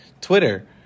twitter